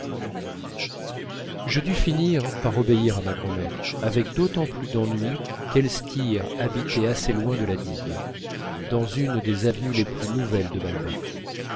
je dus finir par obéir à ma grand'mère avec d'autant plus d'ennui qu'elstir habitait assez loin de la digue dans une des avenues les plus nouvelles de balbec